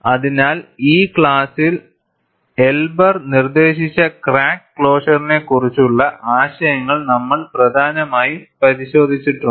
അതിനാൽ ഈ ക്ലാസ്സിൽ എൽബർ നിർദ്ദേശിച്ച ക്രാക്ക് ക്ലോസറിനെക്കുറിച്ചുള്ള ആശയങ്ങൾ നമ്മൾ പ്രധാനമായും പരിശോധിച്ചിട്ടുണ്ട്